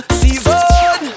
season